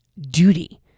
duty